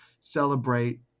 celebrate